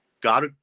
God